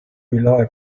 rely